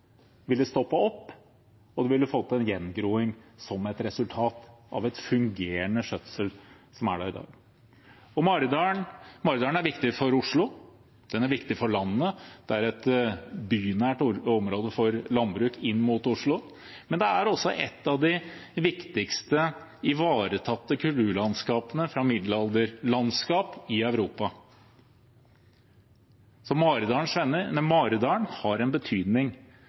ville stoppe opp, og man ville som resultat fått gjengroing i stedet for fungerende skjøtsel, som er der i dag. Maridalen er viktig for Oslo, og den er viktig for landet. Det er et bynært område for landbruk inn mot Oslo. Det er også et av de viktigste ivaretatte kulturlandskapene av middelalderlandskap i Europa. Maridalen har en betydning